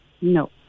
No